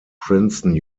princeton